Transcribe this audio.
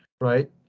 right